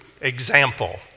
example